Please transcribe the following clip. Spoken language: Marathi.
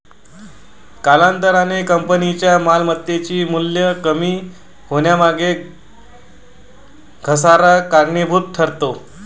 कालांतराने कंपनीच्या मालमत्तेचे मूल्य कमी होण्यामागे घसारा कारणीभूत ठरतो